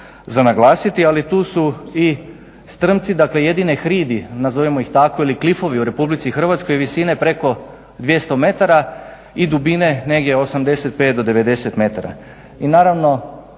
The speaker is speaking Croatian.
za naglasiti, ali tu su i strmci dakle jedine hridi nazovimo ih tako ili klifovi u RH visine preko 200m i dubine negdje 85 do 90m. I naravno